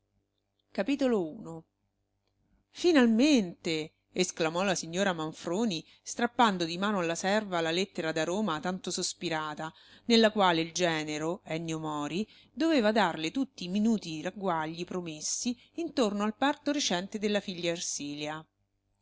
a mistificarli finalmente esclamò la signora manfroni strappando di mano alla serva la lettera da roma tanto sospirata nella quale il genero ennio mori doveva darle tutti i minuti ragguagli promessi intorno al parto recente della figlia ersilia